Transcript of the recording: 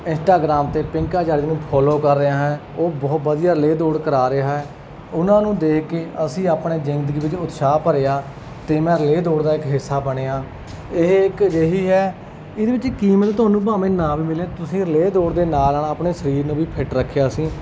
Instagram ਤੇ ਪਿੰਕਾ ਚਾਰਜ ਨੂੰ ਫੋਲੋ ਕਰ ਰਿਹਾ ਹੈ ਉਹ ਬਹੁਤ ਵਧੀਆ ਰਿਲੇਅ ਦੌੜ ਕਰਾ ਰਿਹਾ ਉਹਨਾਂ ਨੂੰ ਦੇਖ ਕੇ ਅਸੀਂ ਆਪਣੇ ਜਿੰਦਗੀ ਵਿੱਚ ਉਤਸਾਹ ਭਰਿਆ ਤੇ ਮੈਂ ਰਿਲੇਅ ਦੌੜ ਦਾ ਇੱਕ ਹਿੱਸਾ ਬਣਿਆ ਇਹ ਇੱਕ ਅਜਿਹੀ ਹੈ ਇਹਦੇ ਵਿੱਚ ਕੀਮਤ ਤੁਹਾਨੂੰ ਭਾਵੇਂ ਨਾ ਵੀ ਮਿਲੇ ਤੁਸੀਂ ਰਿਲੇਅ ਦੌੜ ਦੇ ਨਾਲ ਨਾਲ ਆਪਣੇ ਸਰੀਰ ਨੂੰ ਵੀ ਫਿੱਟ ਰੱਖਿਆ ਸੀ